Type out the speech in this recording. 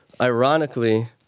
Ironically